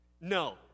No